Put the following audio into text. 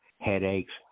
headaches